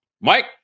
Mike